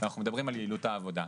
ואנחנו מדברים גם על יעילות העבודה,